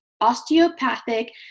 Osteopathic